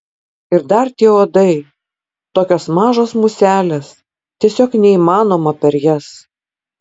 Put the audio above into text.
ir dar tie uodai tokios mažos muselės tiesiog neįmanoma per jas